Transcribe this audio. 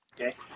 Okay